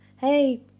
hey